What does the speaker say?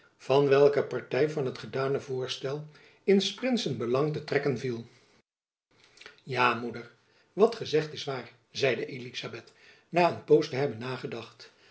begrijpen welke party van het gedane voorstel in s prinsen belang te trekken viel ja moeder wat gy zegt is waar zeide elizabeth na een poos te hebben nagedacht